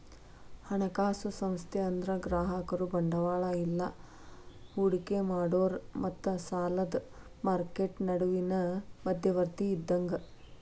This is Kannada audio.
ಹಣಕಾಸು ಸಂಸ್ಥೆ ಅಂದ್ರ ಗ್ರಾಹಕರು ಬಂಡವಾಳ ಇಲ್ಲಾ ಹೂಡಿಕಿ ಮಾಡೋರ್ ಮತ್ತ ಸಾಲದ್ ಮಾರ್ಕೆಟ್ ನಡುವಿನ್ ಮಧ್ಯವರ್ತಿ ಇದ್ದಂಗ